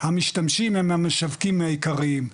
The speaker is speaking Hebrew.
המשתמשים הם המשווקים העיקריים,